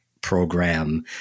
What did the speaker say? program